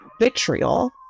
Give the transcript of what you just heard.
vitriol